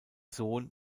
sohn